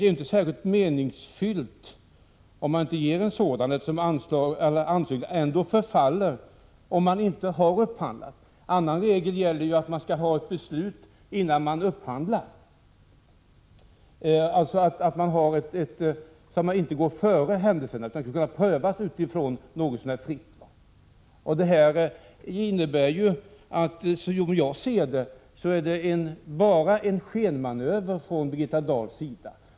Om man inte ger sådan dispens blir ju bordläggningen inte särskilt meningsfylld, eftersom en ansökning ändå förfaller, om man inte har upphandlat. En annan regel är att man skall ha ett beslut innan man upphandlar, så att man inte går före händelserna utan kan pröva det hela något så när fritt. Som jag ser det är detta bara en skenmanöver från Birgitta Dahls sida.